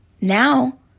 now